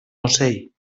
ocell